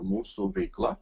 mūsų veikla